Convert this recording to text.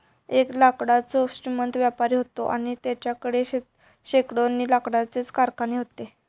एक लाकडाचो श्रीमंत व्यापारी व्हतो आणि तेच्याकडे शेकडोनी लाकडाचे कारखाने व्हते